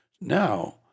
now